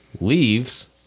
Leaves